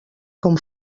com